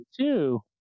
two